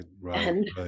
right